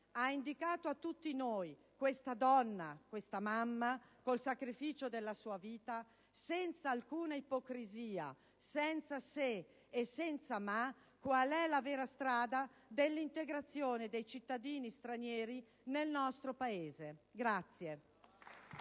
Ha indicato a tutti noi, questa donna, questa mamma, col sacrificio della sua vita, senza alcuna ipocrisia, senza se e senza ma, qual è la vera strada dell'integrazione dei cittadini stranieri nel nostro Paese.